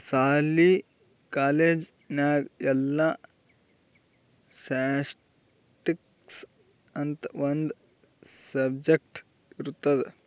ಸಾಲಿ, ಕಾಲೇಜ್ ನಾಗ್ ಎಲ್ಲಾ ಸ್ಟ್ಯಾಟಿಸ್ಟಿಕ್ಸ್ ಅಂತ್ ಒಂದ್ ಸಬ್ಜೆಕ್ಟ್ ಇರ್ತುದ್